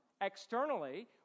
externally